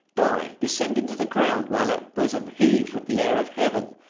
die, descend into the ground, while that bosom heaves with the air of heaven?